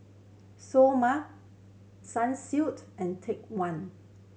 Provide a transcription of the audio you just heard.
Seoul Mart Sunsilk and Take One